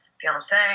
fiance